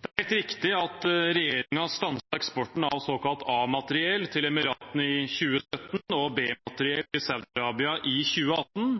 Det er helt riktig at regjeringen stanset eksporten av såkalt A-materiell til Emiratene i 2017 og B-materiell til Saudi-Arabia i 2018,